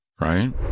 right